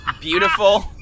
beautiful